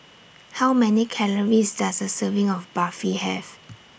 How Many Calories Does A Serving of Barfi Have